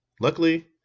luckily